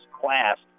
class